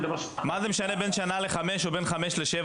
מה זה משנה שנה או חמש שנים או חמש ושבע שנים?